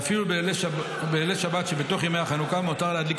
ואפילו בלילי שבת שבתוך ימי חנוכה מותר להדליק